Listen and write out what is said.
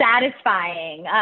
satisfying